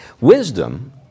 Wisdom